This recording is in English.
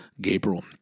Gabriel